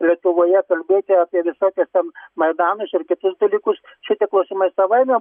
lietuvoje kalbėti apie visokias ten maidanus ir kitus dalykus čia tie klausimai savaime